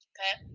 Okay